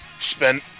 spend